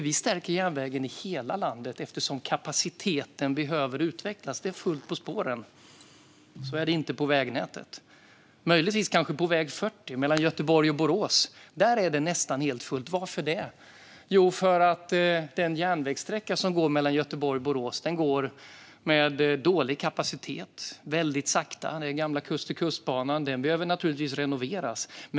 Vi stärker järnvägen i hela landet eftersom kapaciteten behöver utvecklas. Det är fullt på spåren. Så är det inte på vägnätet. Möjligtvis är det så på väg 40 mellan Göteborg och Borås. Där är det nästan helt fullt. Varför det? Jo, för att den järnvägssträcka som går mellan Göteborg och Borås har dålig kapacitet, och där går tågen väldigt sakta. Det är gamla Kust till kustbanan. Den behöver naturligtvis renoveras.